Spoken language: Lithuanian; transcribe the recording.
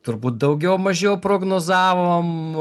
turbūt daugiau mažiau prognozavom